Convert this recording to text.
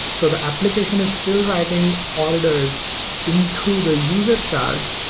so the application is still writing orders into the user shards,